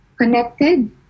connected